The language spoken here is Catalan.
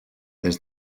des